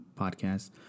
podcast